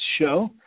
show